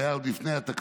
זה היה עוד לפני התקציב,